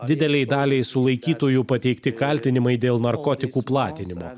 didelei daliai sulaikytųjų pateikti kaltinimai dėl narkotikų platinimo